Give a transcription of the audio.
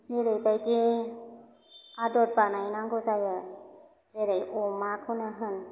जेरैबादि आदद बानायनांगौ जायो जेरै अमाखौनो होन